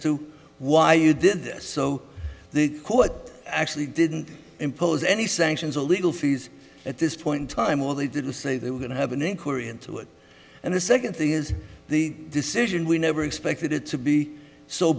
to why you did this so the court actually didn't impose any sanctions or legal fees at this point in time or they didn't say they were going to have an inquiry into it and the second thing is the decision we never expected it to be so